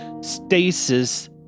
stasis